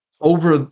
over